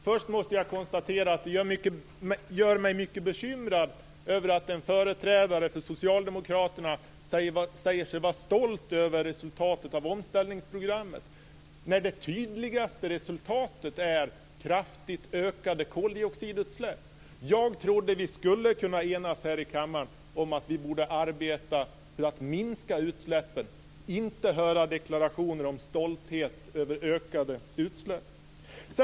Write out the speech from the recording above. Fru talman! Det gör mig mycket bekymrad att en företrädare för socialdemokraterna säger sig vara stolt över resultatet av omställningsprogrammet när det tydligaste resultatet är kraftigt ökade koldioxidutsläpp. Jag trodde att vi här i kammaren skulle kunna enas om att vi borde arbeta för att minska utsläppen. Jag trodde inte att jag skulle behöva höra deklarationer om stolthet över ökade utsläpp.